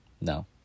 No